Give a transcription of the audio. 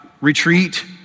retreat